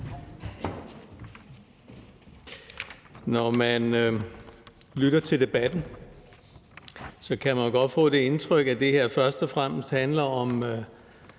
Når man lytter til debatten, kan man jo godt få det indtryk, at det her først og fremmest handler om